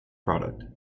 product